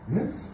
Yes